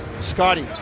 scotty